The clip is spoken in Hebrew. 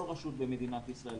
כל רשות במדינת ישראל,